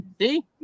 See